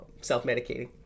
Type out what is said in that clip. self-medicating